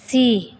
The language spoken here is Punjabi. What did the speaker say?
ਸੀ